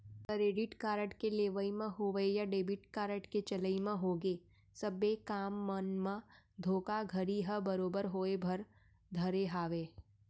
credit card के लेवई म होवय या डेबिट कारड के चलई म होगे सबे काम मन म धोखाघड़ी ह बरोबर होय बर धरे हावय